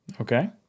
Okay